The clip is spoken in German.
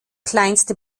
kleinste